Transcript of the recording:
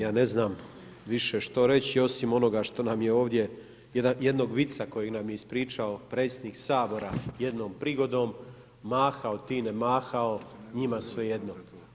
Ja ne znam više što reći osim onoga što nam je ovdje jednog vica koji nam je ispričao predsjednik Sabora jednom prigodom, mahao ti, ne mahao, njima svejedno.